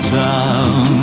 town